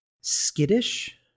Skittish